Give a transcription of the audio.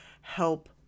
help